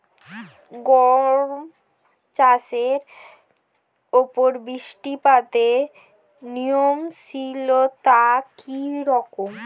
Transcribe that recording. গম চাষের উপর বৃষ্টিপাতে নির্ভরশীলতা কী রকম?